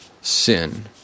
sin